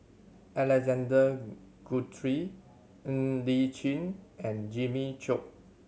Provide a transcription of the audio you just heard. Alexander Guthrie Ng Li Chin and Jimmy Chok